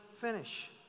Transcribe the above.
Finish